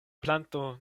planto